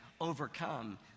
overcome